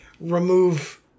remove